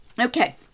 okay